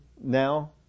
now